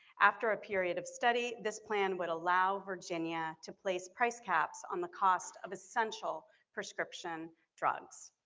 after a period of study, this plan would allow virginia to place price caps on the cost of essential prescription drugs.